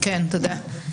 כן, תודה.